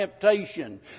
temptation